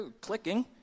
clicking